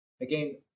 again